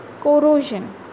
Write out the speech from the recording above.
corrosion